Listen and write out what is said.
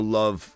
love